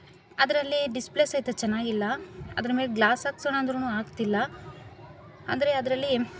ಅದರಲ್ಲಿ ಡಿಸ್ಪ್ಲೇ ಸಹಿತ ಚೆನ್ನಾಗಿಲ್ಲ ಅದ್ರ ಮೇಲೆ ಗ್ಲಾಸ್ ಹಾಕ್ಸೋಣ ಅಂದ್ರು ಆಗ್ತಿಲ್ಲ ಅಂದರೆ ಅದರಲ್ಲಿ